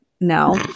no